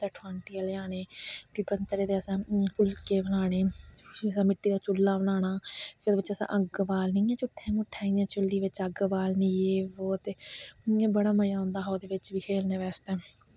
लेआने फ्ही पतरें दे असैं फुल्के बनाने फ्ही असैं मिट्टी दा चु'ल्ला बनाना फ्ही ओह्दै बिच्च असैं अग्ग बालनी इ''यां झूट्ठै मूट्ठै इयां चुल्ली बिच्च अग्ग बालनी ये वो ते इयां बड़ा मज़ा औंदा हा ओह्दे बिच्च बी खेलने आस्तै बी